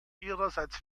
ihrerseits